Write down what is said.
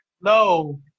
no